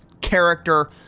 character